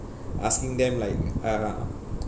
asking them like uh